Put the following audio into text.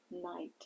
night